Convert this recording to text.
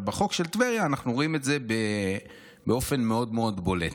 אבל בחוק של טבריה אנחנו רואים את זה באופן מאוד מאוד בולט.